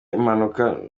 impanuka